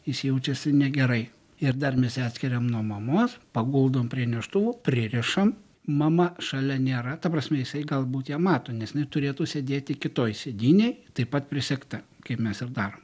jis jaučiasi negerai ir dar mes jį atskiriam nuo mamos paguldom prie neštuvų pririšam mama šalia nėra ta prasme jisai galbūt ją mato nes jinai turėtų sėdėti kitoj sėdynėj taip pat prisegta kaip mes ir darom